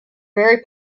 very